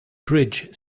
bridge